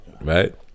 right